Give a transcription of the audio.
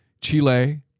Chile